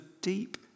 deep